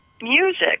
music